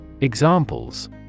Examples